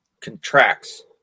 contracts